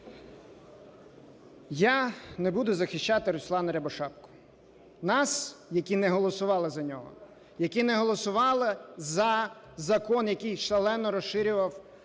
Я не буду захищати Руслана Рябошапку. У нас, які не голосували за нього, які не голосували за закон, який шалено розширював